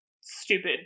stupid